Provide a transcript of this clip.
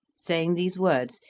saying these words,